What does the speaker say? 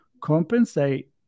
compensate